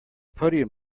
podium